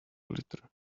glitter